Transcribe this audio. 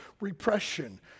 repression